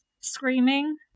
screaming